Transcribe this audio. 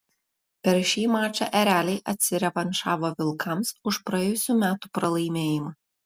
per šį mačą ereliai atsirevanšavo vilkams už praėjusių metų pralaimėjimą